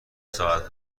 ساعت